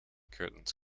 curtains